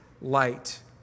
light